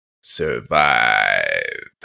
survive